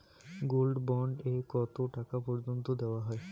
Gold bond এ কতো টাকা পর্যন্ত দেওয়া হয়?